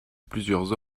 plusieurs